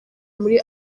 muri